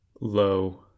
Lo